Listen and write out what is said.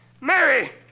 Mary